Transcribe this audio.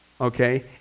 Okay